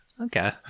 Okay